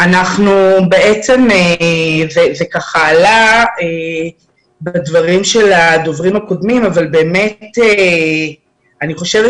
זה עלה בדברי הדוברים הקודמים אבל באמת אני חושבת